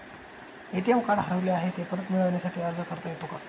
ATM card हरवले आहे, ते परत मिळण्यासाठी अर्ज करता येतो का?